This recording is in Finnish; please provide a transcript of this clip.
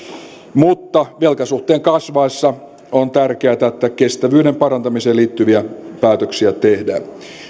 mutta velkasuhteen kasvaessa on tärkeätä että kestävyyden parantamiseen liittyviä päätöksiä tehdään